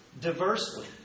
Diversely